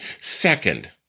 Second